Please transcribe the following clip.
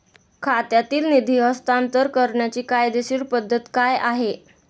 खात्यातील निधी हस्तांतर करण्याची कायदेशीर पद्धत काय आहे?